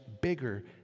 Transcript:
bigger